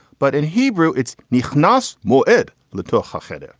but in hebrew it's knick-knacks more ed little hufford. ah